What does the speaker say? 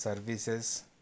services